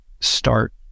start